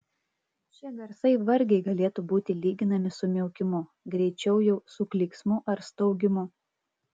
šie garsai vargiai galėtų būti lyginami su miaukimu greičiau jau su klyksmu ar staugimu